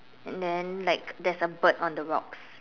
and then like there's a bird on the rocks